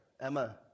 Emma